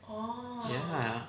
ya